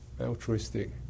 altruistic